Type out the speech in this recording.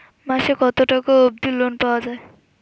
মাসে কত টাকা অবধি লোন পাওয়া য়ায়?